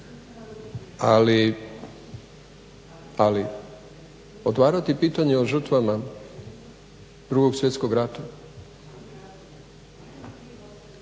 Ali otvarati pitanje o žrtvama Drugog svjetskog rata,